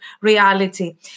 reality